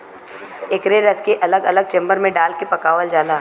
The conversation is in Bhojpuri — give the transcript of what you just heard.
एकरे रस के अलग अलग चेम्बर मे डाल के पकावल जाला